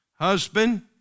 husband